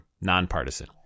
nonpartisan